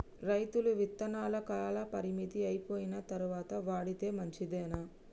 రైతులు విత్తనాల కాలపరిమితి అయిపోయిన తరువాత వాడితే మంచిదేనా?